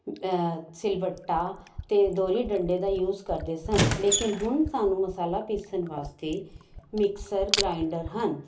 ਸਿਲਵੱਟਾ ਅਤੇ ਦੋਰੀ ਡੰਡੇ ਦਾ ਯੂਜ ਕਰਦੇ ਸਨ ਲੇਕਿਨ ਹੁਣ ਸਾਨੂੰ ਮਸਾਲਾ ਪੀਸਣ ਵਾਸਤੇ ਮਿਕਸਚਰ ਗਰਾਇੰਡਰ ਹਨ